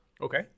Okay